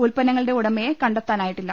ഉൽപ്പന്നങ്ങളുടെ ഉടമയെ കണ്ടെത്താനായില്ല